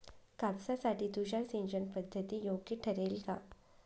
कापसासाठी तुषार सिंचनपद्धती योग्य ठरेल का?